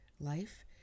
life